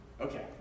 okay